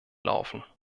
laufen